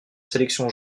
sélections